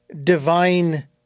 divine